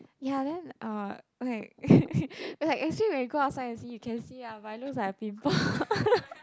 ya then uh okay it's like actually when you go outside and see you can see ah but it looks like a pimple